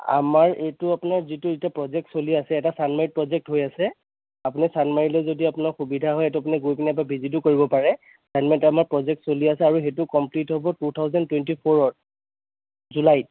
আমাৰ এইটো আপোনাৰ যিটো এতিয়া প্ৰজেক্ট চলি আছে এটা চানমাৰীত প্ৰজেক্ট হৈ আছে আপুনি চানমাৰীলৈ যদি আপোনাৰ সুবিধা হয় সেইটো আপুনি গৈ পেলাই আপোনাৰ ভিজিটো কৰিব পাৰে অন্য এটা আমাৰ প্ৰজেক্ট চলি আছে আৰু সেইটো কম্প্লীট হ'ব টু থাউজেণ্ড টুৱেণ্টী ফ'ৰত জুলাইত